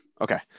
Okay